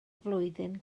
flwyddyn